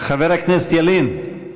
חבר הכנסת ילין.